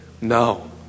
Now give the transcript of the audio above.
No